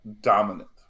dominant